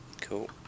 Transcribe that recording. Cool